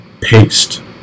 paste